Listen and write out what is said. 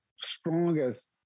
strongest